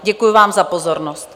Děkuju vám za pozornost.